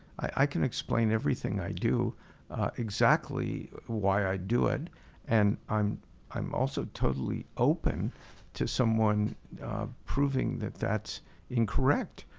i can explain everything i do exactly why i do it and i'm i'm also totally open to someone proving that that's incorrect.